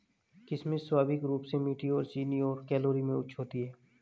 किशमिश स्वाभाविक रूप से मीठी और चीनी और कैलोरी में उच्च होती है